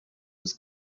was